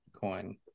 coin